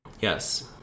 Yes